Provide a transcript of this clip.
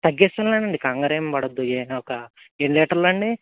తగ్గిస్తాను లేండి కంగారేం పడద్దు ఎ ఒక ఎన్ని లీటర్లు అండి